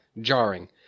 jarring